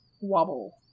Wobble